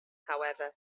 however